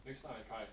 next time I try